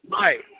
Right